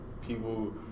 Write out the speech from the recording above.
people